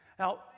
Now